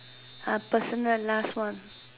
ah personal last one